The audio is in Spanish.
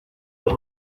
los